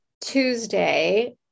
Tuesday